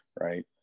right